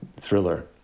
thriller